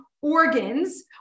organs